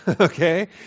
okay